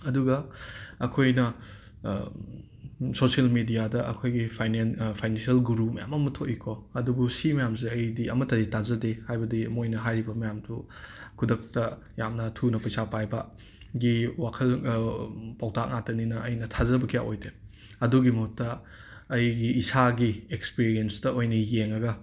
ꯑꯗꯨꯒ ꯑꯩꯈꯣꯏꯅ ꯁꯣꯁꯤꯌꯦꯜ ꯃꯦꯗꯤꯌꯥꯗ ꯑꯩꯈꯣꯏꯒꯤ ꯐꯩꯏꯅꯦꯟ ꯐꯥꯏꯅꯦꯟꯆꯤꯌꯦꯜ ꯒꯨꯔꯨ ꯃꯌꯥꯝ ꯑꯃ ꯊꯣꯛꯏ ꯀꯣ ꯑꯗꯨꯕꯨ ꯁꯤ ꯃꯌꯥꯝꯁꯦ ꯑꯩꯗꯤ ꯑꯃꯇꯗꯤ ꯇꯥꯖꯗꯦ ꯍꯥꯏꯕꯗꯤ ꯃꯣꯏꯅ ꯍꯥꯏꯔꯤꯕ ꯃꯌꯥꯝꯗꯨ ꯈꯨꯗꯛꯇ ꯌꯥꯝꯅ ꯊꯨꯅ ꯄꯩꯁꯥ ꯄꯥꯏꯕ ꯒꯤ ꯋꯥꯈꯜ ꯄꯥꯎꯇꯥꯛ ꯉꯥꯛꯇꯅꯤꯅ ꯑꯩꯅ ꯊꯥꯖꯕ ꯀꯌꯥ ꯑꯣꯏꯗꯦ ꯑꯗꯨꯒꯤ ꯃꯍꯨꯠꯇ ꯑꯩꯒꯤ ꯏꯁꯥꯒꯤ ꯑꯦꯛꯁꯄꯤꯔꯤꯌꯦꯟꯁꯇ ꯑꯣꯏꯅ ꯌꯦꯡꯉꯒ